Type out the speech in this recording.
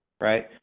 right